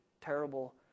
terrible